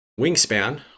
wingspan